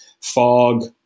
fog